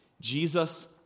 Jesus